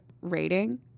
rating